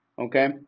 Okay